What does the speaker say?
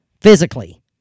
physically